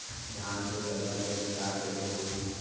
धान के करगा के उपचार कइसे होही?